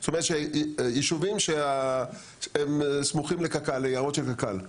הוא דיבר על עוד יישובים שהם סמוכים ליערות של קק"ל.